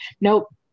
Nope